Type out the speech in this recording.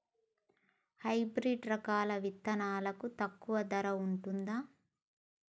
Hybrid రకాల విత్తనాలు తక్కువ ధర ఉంటుందా?